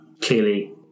clearly